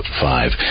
five